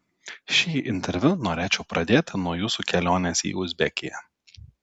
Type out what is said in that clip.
šį interviu norėčiau pradėti nuo jūsų kelionės į uzbekiją